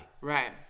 Right